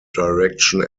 direction